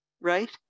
right